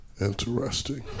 interesting